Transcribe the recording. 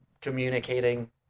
communicating